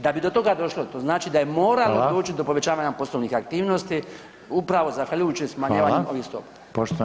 Da bi do toga došlo to znači da je moralo doći do povećavanja poslovnih aktivnosti upravo zahvaljujući smanjivanju ovih stopa.